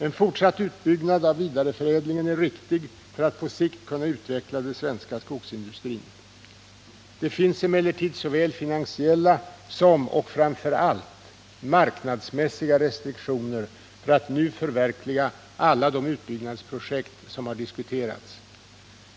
En fortsatt utbyggnad av vidareförädlingen är riktig för att på sikt kunna utveckla den svenska skogsindustrin. Det finns emellertid såväl finansiella som — och framför allt — marknadsmässiga restriktioner för att nu förverkliga alla de utbyggnadsprojekt som har diskuterats.